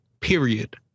Period